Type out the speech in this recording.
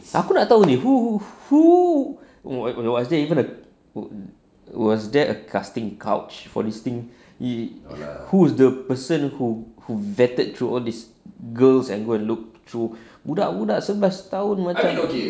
aku nak tahu ni who who who was there even a was there a casting couch for this thing who's the person who who vetted through all this girls and look through budak-budak sebelas tahun macam